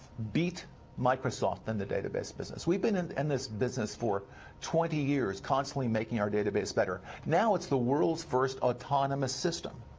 beat microsoft in the database business. we've been in and this business for twenty years constantly making our database better. now it's the world's first autonomous system.